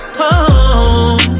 home